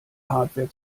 hardware